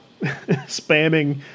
spamming